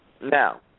Now